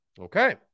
Okay